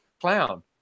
clown